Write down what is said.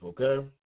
okay